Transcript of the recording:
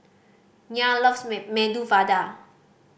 Nyah loves Medu Vada